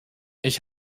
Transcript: ich